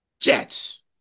Jets